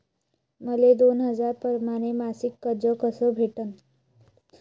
मले दोन हजार परमाने मासिक कर्ज कस भेटन?